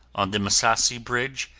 on the misasi bridge,